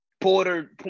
Porter